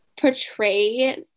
portray